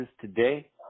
today